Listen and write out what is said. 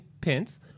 Pence